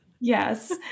Yes